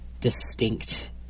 distinct